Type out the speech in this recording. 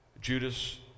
Judas